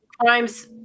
crimes